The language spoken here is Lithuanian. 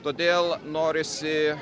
todėl norisi